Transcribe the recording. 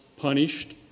punished